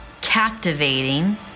captivating